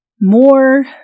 more